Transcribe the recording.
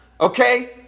okay